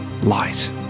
Light